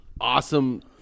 awesome